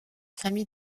famille